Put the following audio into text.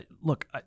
look